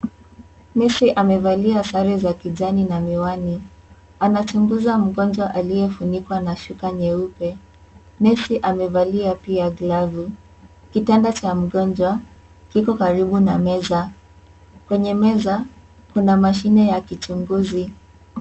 Nesi amevalia sare za kijani na miwani. Anachunguza mgonjwa aliyefunikwa na shuka nyeupe. Nesi amevalia pia glavu. Kitanda cha mgonjwa kiko karibu na meza. Kwenye meza kuna mashine ya kichunguzi.